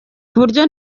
kuburyo